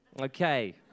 Okay